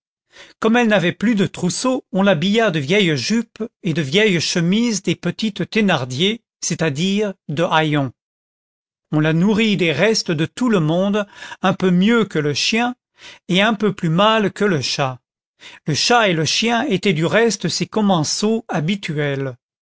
comme elle n'avait plus de trousseau on l'habilla des vieilles jupes et des vieilles chemises des petites thénardier c'est-à-dire de haillons on la nourrit des restes de tout le monde un peu mieux que le chien et un peu plus mal que le chat le chat et le chien étaient du reste ses commensaux habituels